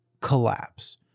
collapse